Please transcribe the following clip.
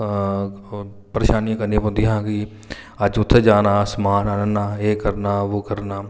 परेशानियां करनियां पौंदियां हियां भी अज्ज उत्थै जाना समान आह्न्ना एह् करना ओह् करना